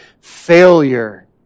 failure